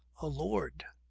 a lord.